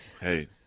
Hey